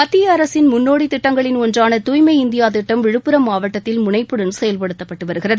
மத்திய அரசின் முன்னோடி திட்டங்களின் ஒன்றான தூய்மை இந்தியா திட்டம் விழுப்புரம் மாவட்டத்தில் முனைப்புடன் செயல்படுத்தப்பட்டு வருகிறது